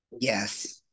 yes